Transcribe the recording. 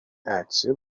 عطسه